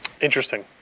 Interesting